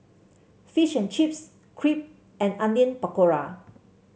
Fish and Chips Crepe and Onion Pakora